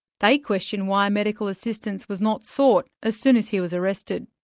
they question why medical assistance was not sought as soon as he was arrested.